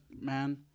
man